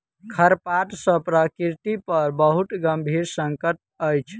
खरपात सॅ प्रकृति पर बहुत गंभीर संकट अछि